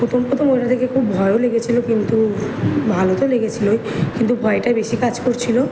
প্রথম প্রথম ওটা দেখে খুব ভয়ও লেগেছিল কিন্তু ভালো তো লেগেছিল কিন্তু ভয়টা বেশি কাজ করছিল